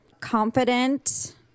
confident